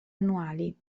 annuali